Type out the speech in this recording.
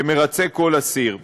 שכל אסיר מרצה.